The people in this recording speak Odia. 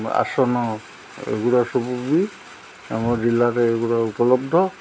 ଆସନ ଏଗୁଡ଼ା ସବୁ ବି ଆମ ଜିଲ୍ଲାରେ ଏଗୁଡ଼ା ଉପଲବ୍ଧ